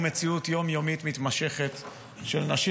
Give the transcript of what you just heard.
הוא מציאות יום-יומית מתמשכת של נשים